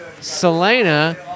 Selena